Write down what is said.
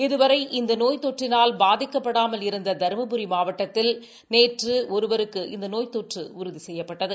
இதுவரை இந்த நோய் தொற்றினால் பாதிக்கப்படாமல் இருந்த தருமபுரி மாவட்டத்தில் நேற்று ஒருவருக்கு இந்த நோய் தொற்று உறுதி செய்யப்பட்டது